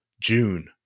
June